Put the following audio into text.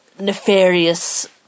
nefarious